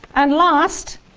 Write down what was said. and last,